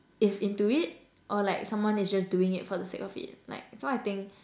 is into it or like someone is just doing it for the sake of it like so I think